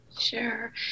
Sure